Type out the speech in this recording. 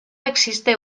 existe